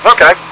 Okay